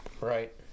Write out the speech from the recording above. Right